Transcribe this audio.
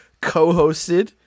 co-hosted